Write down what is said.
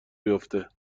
بیفته